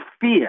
Fear